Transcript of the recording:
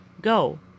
Go